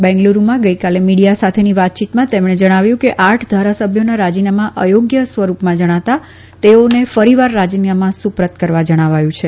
બેંગલુરૂમાં ગઈકાલે મીડીયા સાથેની વાતયીતમાં તેમણે જણાવ્યું કે આઠ ધારાસભ્યોના રાજીનામા અયોગ્ય સ્વરૂપમાં જણાતાં તેઓને ફરીવાર રાજીનામા સુપ્રત કરવા જણાવાયું છે